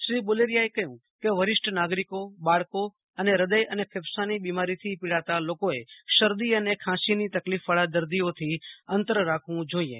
શ્રી બુલેરીયાએ કહ્યું કે વરિષ્ટ નાગરિકો બાળકો અને હ્રદય અને ફેફસાંની બિમારીથી પીડાતા લોકોએ શરદી અને ખાંસીની તકલીફવાળા દર્દીઓથી અંતર રાખવું જોઇએ